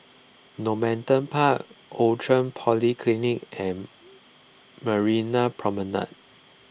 Normanton Park Outram Polyclinic and Marina Promenade